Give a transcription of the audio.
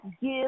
give